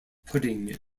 pudding